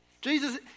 Jesus